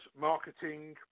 marketing